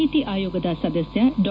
ನೀತಿ ಆಯೋಗದ ಸದಸ್ಯ ಡಾ